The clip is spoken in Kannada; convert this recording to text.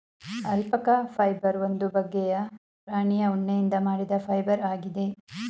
ಅಲ್ಪಕ ಫೈಬರ್ ಒಂದು ಬಗ್ಗೆಯ ಪ್ರಾಣಿಯ ಉಣ್ಣೆಯಿಂದ ಮಾಡಿದ ಫೈಬರ್ ಆಗಿದೆ